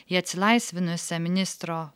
į atsilaisvinusią ministro